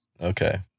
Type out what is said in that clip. Okay